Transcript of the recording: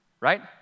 Right